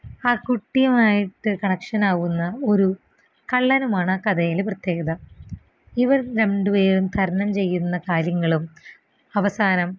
ആ കുട്ടിയുമായിട്ട് കണക്ഷനാവുന്ന ഒരു കള്ളനുമാണ് ആ കഥയിലെ പ്രത്യേകത ഇവർ രണ്ട് പേരും തരണം ചെയ്യുന്ന കാര്യങ്ങളും അവസാനം